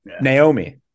Naomi